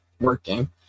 working